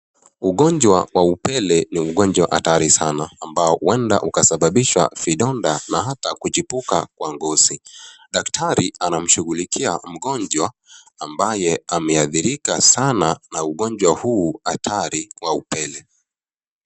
Ugonjwa wa upele ni ugonjwa hatari sana ambao ueda ukasababisha vidonda na ata kuchipuka kwa ngozi. Daktari anamshughulikia mgonjwa ambaye amehadhirika sana na ugonjwa huu hatari wa upele.